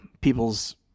people's